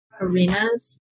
arenas